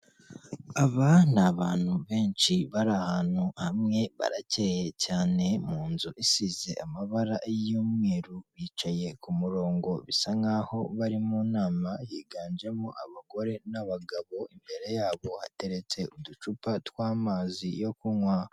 Aba ni abantu benshi bari ahantu hamwe barakeye cyane mu nzu isize amabara y'umweru, bicaye ku murongo bisa nkaho bari mu nama, higanjemo abagore n'abagabo, imbere yabo hateretse uducupa tw'amazi yo kunywa.